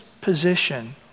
position